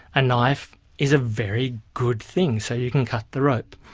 a knife is a very good thing, so you can cut the rope.